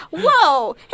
Whoa